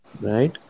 Right